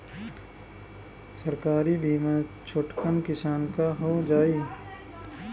सरकारी बीमा छोटकन किसान क हो जाई?